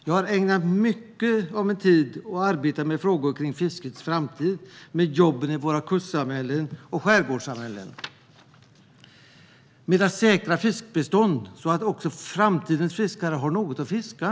Jag har ägnat mycket av min tid åt att arbeta med frågor kring fiskets framtid, med jobben i våra kust och skärgårdssamhällen och med att säkra fiskbestånd så att också framtidens fiskare har något att fiska.